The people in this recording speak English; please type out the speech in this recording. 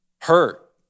hurt